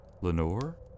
Lenore